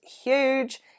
huge